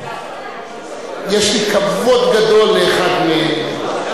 יש לי כבוד גדול לאחד מהם.